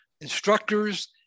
instructors